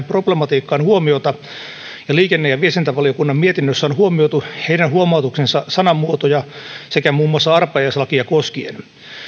problematiikkaan huomiota ja liikenne ja viestintävaliokunnan mietinnössä on huomioitu heidän huomautuksensa sanamuotoja sekä muun muassa arpajaislakia koskien